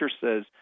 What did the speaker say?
says